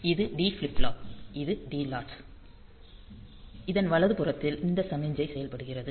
இது D flip flop இது D latch இதன் வலதுபுரத்தில் இந்த சமிக்ஞை செயல்படுத்தப்படுகிறது